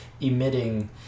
emitting